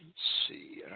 see